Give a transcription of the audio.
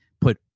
put